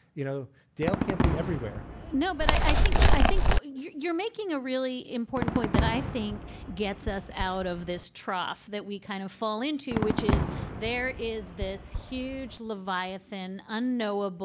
you know, dale can't be everywhere no but i think i think you're making a really important point that i think gets us out of this trough that we kind of fall into, which is there is this huge leviathan, unknowable